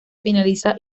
finaliza